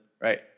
right